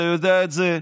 אתה יודע את זה.